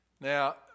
Now